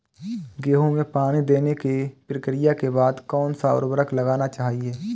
गेहूँ में पानी देने की प्रक्रिया के बाद कौन सा उर्वरक लगाना चाहिए?